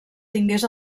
tingués